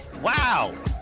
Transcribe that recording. Wow